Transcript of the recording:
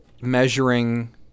measuring